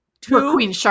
two